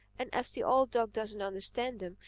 and as the old dog doesn't understand them,